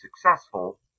successful